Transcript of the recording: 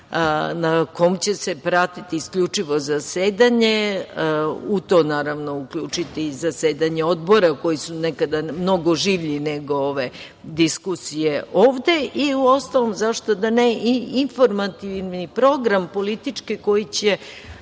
na kom će se pratiti isključivo zasedanje, u to naravno uključiti i zasedanje odbora, koji su nekada mnogo življi nego ove diskusije ovde, i uostalom zašto da ne i informativni politički program